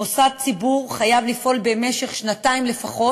מוסד ציבור חייב לפעול במשך שנתיים לפחות